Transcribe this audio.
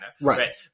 Right